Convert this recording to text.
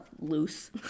loose